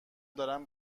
دارم